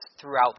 throughout